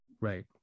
Right